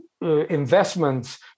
investments